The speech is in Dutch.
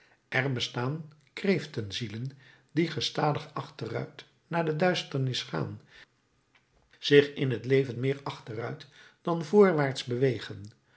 er bestaan kreeftenzielen die gestadig achteruit naar de duisternis gaan zich in het leven meer achteruit dan voorwaarts bewegen